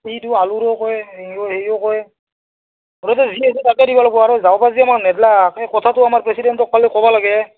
ইটো আলুৰো কয় এইও হেৰিও কয় হ'ব দে যি আহিছে তাকে দিব লাগিব আৰু যাৱাবাৰ যে মোক নেদলাক এই কথাটো আমাৰ প্ৰেচিডেন্টক পালে ক'ব লাগে